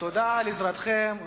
תודה על עזרתכם.